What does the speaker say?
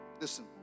listen